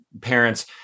parents